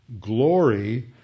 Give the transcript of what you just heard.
glory